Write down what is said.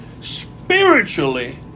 spiritually